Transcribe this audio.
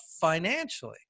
financially